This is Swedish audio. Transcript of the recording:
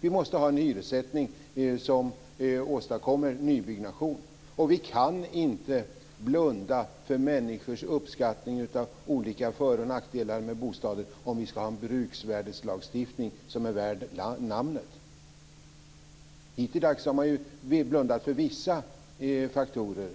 Vi måste ha en hyressättning som åstadkommer nybyggnation. Och vi kan inte blunda för människors uppskattning av olika för och nackdelar med bostaden om vi ska ha en bruksvärdeslagstiftning som är värd namnet. Hittills har man blundat för vissa faktorer.